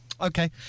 Okay